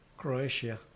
Croatia